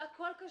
זה הכול קשור.